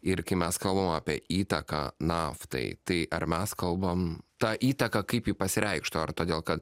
ir kai mes kalbam apie įtaką naftai tai ar mes kalbam ta įtaka kaip pasireikštų ar todėl kad